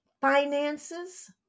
finances